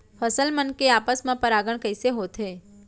फसल मन के आपस मा परागण कइसे होथे?